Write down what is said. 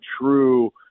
true